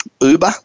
Uber